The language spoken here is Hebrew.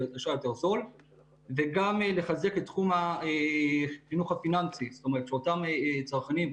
ולחזק את תחום החינוך הפיננסי כדי שאותם צרכנים,